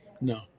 No